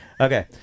Okay